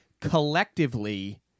collectively